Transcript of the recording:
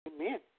Amen